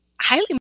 highly